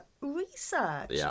research